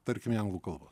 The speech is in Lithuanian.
tarkim į anglų kalbą